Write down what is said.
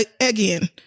again—